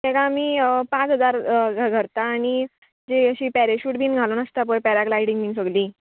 ताका आमी पांच हजार घरता आनी जी अशी पॅरशूट बीन घालून आसता पळय पॅराग्लायडींग बीन सगली